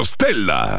Stella